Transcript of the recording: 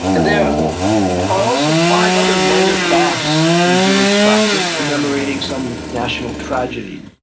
and there are also five other minor fasts in jewish practice commemorating some national tragedy.